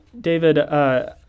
David